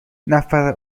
نفر